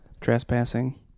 Trespassing